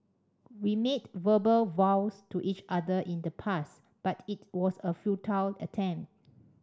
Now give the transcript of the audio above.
we made verbal vows to each other in the past but it was a futile attempt